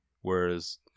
Whereas